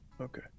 okay